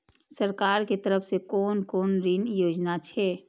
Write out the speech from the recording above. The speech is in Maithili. सरकार के तरफ से कोन कोन ऋण योजना छै?